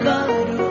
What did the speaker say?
God